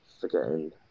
forgetting